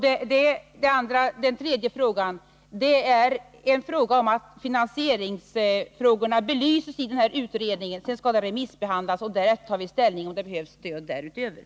Vad slutligen gäller finansieringsfrågan vill jag säga att denna skall belysas i den utredning jag talat om. Resultatet skall sedan remissbehandlas, och därefter tar vi ställning till frågan om det behövs ytterligare stöd.